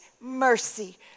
mercy